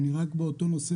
רק באותו נושא,